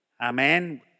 Amen